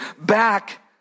back